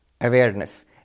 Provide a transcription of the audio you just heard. awareness